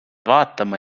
vaatama